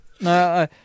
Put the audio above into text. No